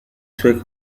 suoi